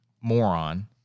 moron